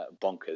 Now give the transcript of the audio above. bonkers